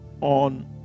on